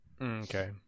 okay